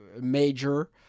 major